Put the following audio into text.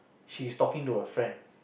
she is talking to a friend